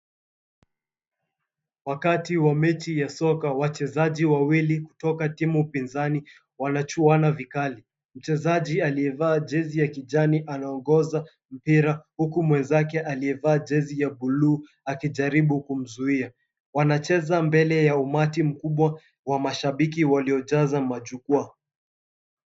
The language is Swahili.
Wakati wa mechi ya soka wachezaji wawili kutoka timu pinzani wanachuana vikali. Mchezaji aliyevaa jezi ya kijani anaongoza mpira, huku mwenzake aliyevaa jezi ya bluu akijaribu kumzuia. Wanacheza mbele ya umati mkubwa wa mashabiki waliojaza majukwaa.